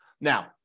Now